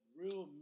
real